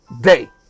day